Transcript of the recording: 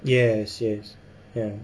yes yes ya